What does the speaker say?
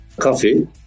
Coffee